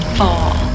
fall